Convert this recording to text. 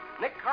Nick